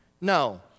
No